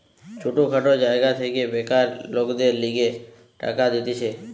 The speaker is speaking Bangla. ছোট খাটো জায়গা থেকে বেকার লোকদের লিগে টাকা দিতেছে